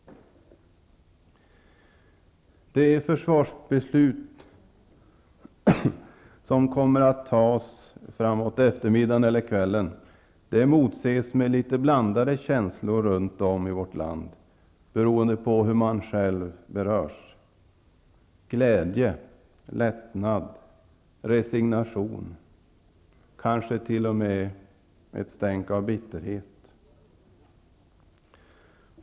Det försvarsbeslut som kommer att tas framåt eftermiddagen eller kvällen emotses med litet blandade känslor runt om i vårt land, beroende på hur man själv berörs -- glädje, lättnad, resignation, kanske t.o.m. ett stänk av bitterhet.